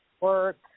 work